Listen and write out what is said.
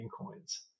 coins